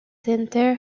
center